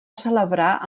celebrar